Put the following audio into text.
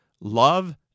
love